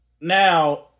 Now